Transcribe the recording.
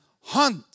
Hunt